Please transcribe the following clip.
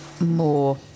More